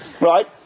right